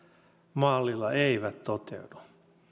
mallilla eivät toteudu